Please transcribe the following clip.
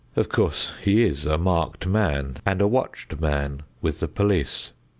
of course, he is a marked man and a watched man with the police.